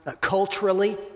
Culturally